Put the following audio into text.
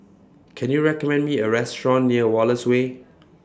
Can YOU recommend Me A Restaurant near Wallace Way